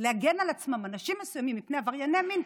להגן על עצמם אנשים מסוימים מפני עברייני מין,